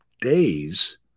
days